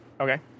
Okay